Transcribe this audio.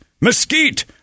mesquite